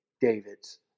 David's